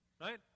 Right